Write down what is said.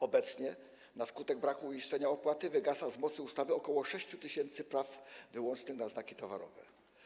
Obecnie na skutek braku uiszczenia opłaty wygasa z mocy ustawy ok. 6 tys. praw wyłącznych na znaki towarowe.